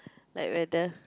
like whether